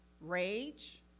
rage